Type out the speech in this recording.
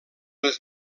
les